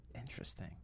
Interesting